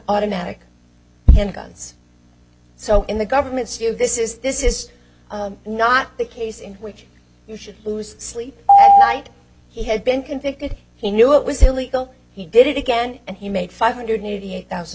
automatic handguns so in the government's view this is this is not the case in which you should lose sleep right he had been convicted he knew it was illegal he did it again and he made five hundred eighty eight thousand